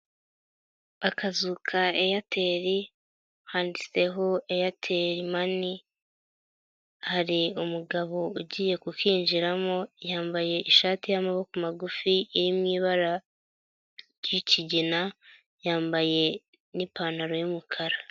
Akazu ka Airtel, handisteho Airtel money, hari umugabo ugiye kukinjiramo yambaye ishati y'amaboko magufi iri mu ibara, ry'ikigina, yambaye n'ipantaro y'umukara.